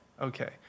Okay